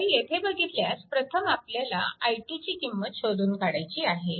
तर येथे बघितल्यास प्रथम आपल्याला i2ची किंमत शोधून काढायची आहे